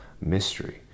mystery